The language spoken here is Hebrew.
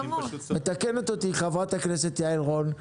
מתקנת אותי חברת הכנסת יעל רון.